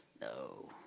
no